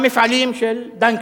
למפעלים של דנקנר.